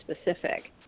specific